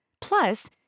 Plus